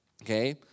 Okay